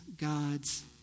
God's